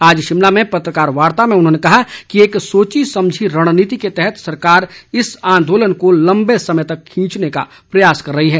आज शिमला में पत्रकारवार्ता में उन्होंने कहा कि एक सोची समझी रणनीति के तहत सरकार इस आंदोलन को लंबे समय तक खिंचने का प्रयास कर रही है